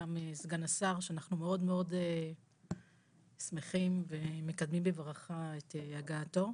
גם סגן השר שאנחנו מאוד מאוד שמחים ומקדמים ובברכה את הגעתו,